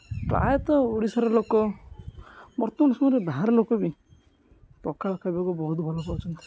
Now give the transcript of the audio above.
ପ୍ରାୟତଃ ଓଡ଼ିଶାର ଲୋକ ବର୍ତ୍ତମାନ ସମୟରେ ବାହାର ଲୋକ ବି ପଖାଳ ଖାଇବାକୁ ବହୁତ ଭଲପାଉଛନ୍ତି